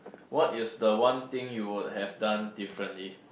what is the one thing you would have done differently